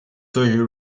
对于